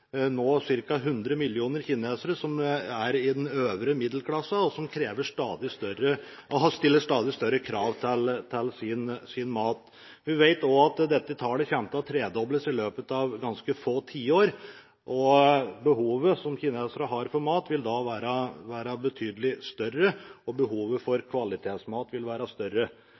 nå ca. 100 millioner kinesere som er i den øvre middelklassen, og som stiller stadig større krav til maten sin. Vi vet også at dette tallet kommer til å tredobles i løpet av ganske få tiår, og behovet som kineserne har for mat, vil da være betydelig større, og behovet for kvalitetsmat vil være større.